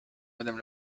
madame